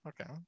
Okay